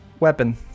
weapon